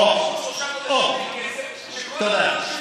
אוה, אוה, תודה.